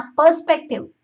perspective